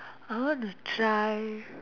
I want to try